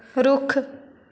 ਰੁੱਖ